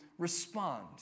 respond